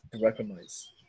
recognize